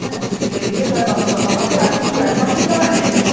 হ্যাঁ বিকেলে গিয়ে তালে বাকি কথা হবে আর কিছু অ্যাডভান্স দিতে হবে না কি আগে